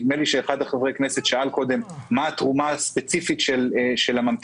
נדמה לי שאחד מחברי הכנסת שאל קודם מה התרומה הספציפית של הממתיקים,